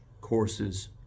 courses